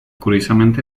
curiosamente